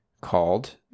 called